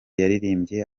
yaririmbye